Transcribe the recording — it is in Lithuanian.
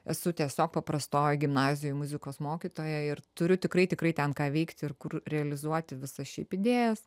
esu tiesiog paprastoj gimnazijoj muzikos mokytoja ir turiu tikrai tikrai ten ką veikti ir kur realizuoti visas šiaip idėjas